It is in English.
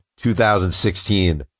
2016